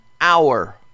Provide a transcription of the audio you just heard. hour